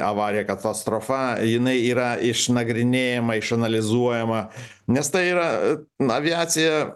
avarija katastrofa jinai yra išnagrinėjama išanalizuojama nes tai yra aviacija